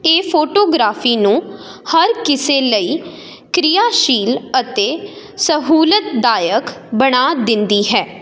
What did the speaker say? ਇਹ ਫੋਟੋਗ੍ਰਾਫੀ ਨੂੰ ਹਰ ਕਿਸੇ ਲਈ ਕ੍ਰਿਆਸ਼ੀਲ ਅਤੇ ਸਹੂਲਤਦਾਇਕ ਬਣਾ ਦਿੰਦੀ ਹੈ